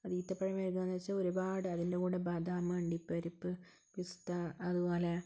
ഈത്തപ്പഴം വെരകുകയെന്ന് വച്ചാൽ ഒരുപാട് അതിൻ്റെ കൂടെ ബദാം അണ്ടിപ്പരിപ്പ് പിസ്ത അതുപോലെ